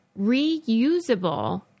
Reusable